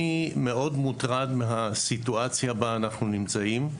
אני מאוד מוטרד מהסיטואציה בה אנחנו נמצאים,